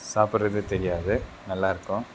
சாப்பிடுறதே தெரியாது நல்லாயிருக்கும்